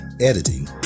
editing